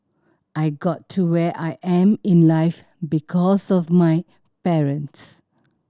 I got to where I am in life because of my parents